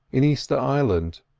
in easter island,